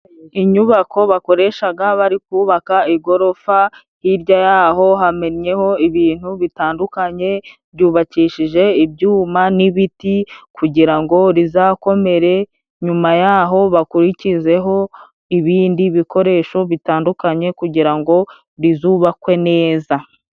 Inyubako bakoreshaga bari kubaka igorofa, hirya y'ho hamennyeho ibintu bitandukanye byubakishije ibyuma n'ibiti kugira ngo rizakomere, nyuma yaho bakurikizeho ibindi bikoresho bitandukanye kugira ngo rizubakwe neza.